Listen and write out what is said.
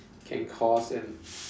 can cause an